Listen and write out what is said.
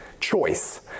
choice